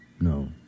No